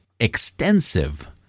extensive